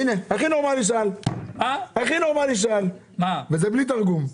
הנה, שאל הכי נורמלי וזה בלי תרגום.